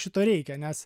šito reikia nes